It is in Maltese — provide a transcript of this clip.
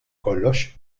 kollox